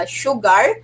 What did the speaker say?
sugar